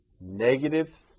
negative